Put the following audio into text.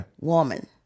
woman